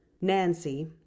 Nancy